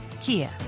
Kia